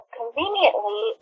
conveniently